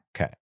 Okay